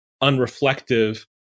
unreflective